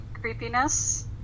creepiness